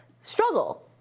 struggle